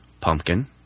pumpkin